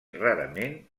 rarament